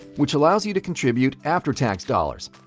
which allows you to contribute after-tax dollars.